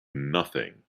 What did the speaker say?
nothing